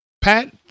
Pat